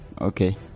okay